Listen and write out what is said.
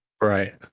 right